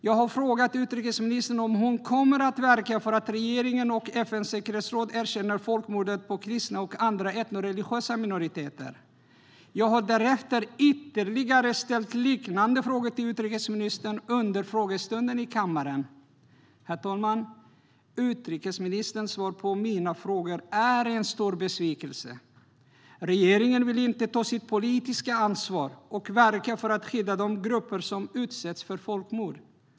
Jag har frågat utrikesministern om hon kommer att verka för att regeringen och FN:s säkerhetsråd erkänner folkmordet på kristna och andra etnoreligiösa minoriteter. Jag har därefter ytterligare ställt liknande frågor till utrikesministern under frågestunden i kammaren. Herr talman! Utrikesministerns svar på mina frågor är en stor besvikelse. Regeringen vill inte ta sitt politiska ansvar och verka för att skydda de folkgrupper som utsätts för folkmord.